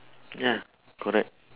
ya correct